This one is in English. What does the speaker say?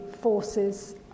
forces